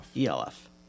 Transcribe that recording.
ELF